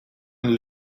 een